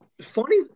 funny